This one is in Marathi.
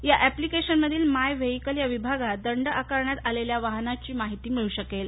या अॅप्लिकेशनमधील माय व्हेइकल या विभागात दंड आकारण्यात आलेल्या वाहनाची माहिती मिळू शकेल